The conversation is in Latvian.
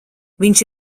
viņš